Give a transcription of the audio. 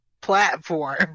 platform